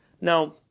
Now